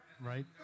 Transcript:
Right